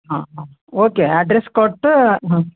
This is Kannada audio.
ಹಾಂ ಹಾಂ ಒಕೆ ಅಡ್ರೆಸ್ ಕೊಟ್ಟು ಹಾಂ